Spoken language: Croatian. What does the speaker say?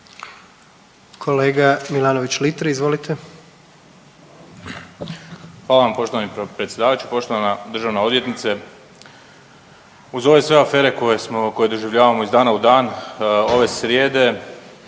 Marko (Hrvatski suverenisti)** Hvala vam poštovani predsjedavajući. Poštovana državna odvjetnice. Uz ove sve afere koje doživljavamo iz dana u dan ove srijede